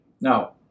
Now